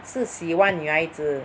是喜欢女孩子